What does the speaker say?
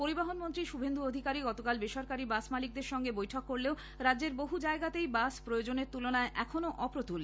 পরিবহণমন্ত্রী শুভেন্দু অধিকারী গতকাল বেসরকারি বাস মালিকদের সঙ্গে বৈঠক করলেও রাজ্যের বহু জায়গাতেই বাস প্রয়োজনের তুলনায় এখনও অপ্রতুল